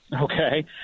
Okay